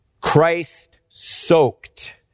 Christ-soaked